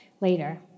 later